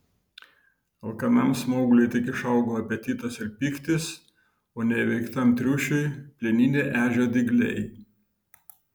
alkanam smaugliui tik išaugo apetitas ir pyktis o neįveiktam triušiui plieniniai ežio dygliai